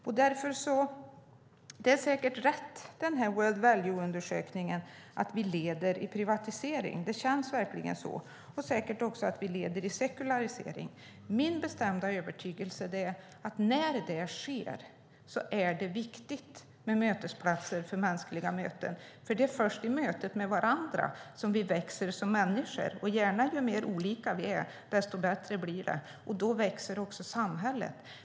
Den här World Values-undersökningen har säkert rätt i att vi leder i privatisering - det känns verkligen så - och säkert också i att vi leder i sekularisering. Min bestämda övertygelse är att det, när det sker, är viktigt med platser för mänskliga möten. För det är först i mötet med varandra som vi växer som människor. Ju mer olika vi är, desto bättre blir det. Då växer också samhället.